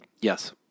Yes